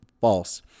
false